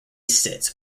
sits